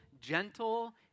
gentle